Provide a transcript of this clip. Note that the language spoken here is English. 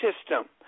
system